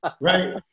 Right